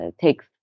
takes